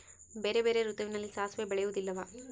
ಬೇರೆ ಬೇರೆ ಋತುವಿನಲ್ಲಿ ಸಾಸಿವೆ ಬೆಳೆಯುವುದಿಲ್ಲವಾ?